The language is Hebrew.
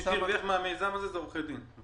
מי שהרוויח מהמיזם הזה זה עורכי דין.